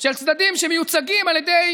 של צדדים שמיוצגים על ידי